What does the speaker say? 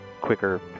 quicker